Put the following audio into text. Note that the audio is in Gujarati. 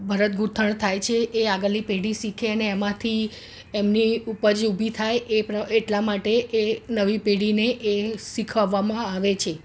ભરતગુંથણ થાય છે એ આગળની પેઢી શીખે અને એમાંથી એમની ઉપજ ઉભી થાય એ પ્ર એટલા માટે એ નવી પેઢીને એ શીખવવામાં આવે છે